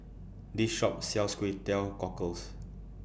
This Shop sells Kway Teow Cockles